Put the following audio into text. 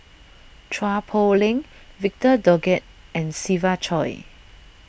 Chua Poh Leng Victor Doggett and Siva Choy